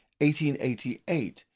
1888